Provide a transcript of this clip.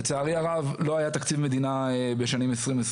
לצערי הרב לא היה תקציב מדינה בשנים 2020